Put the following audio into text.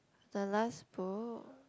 the last book